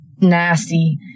nasty